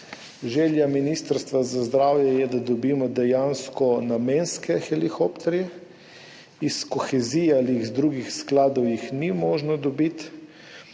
Želja Ministrstva za zdravje je, da dobimo dejansko namenske helikopterje, iz kohezije ali iz drugih skladov jih ni možno dobiti.